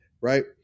right